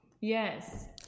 Yes